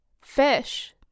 Fish